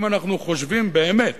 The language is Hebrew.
אם אנחנו חושבים באמת